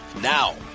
Now